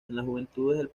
del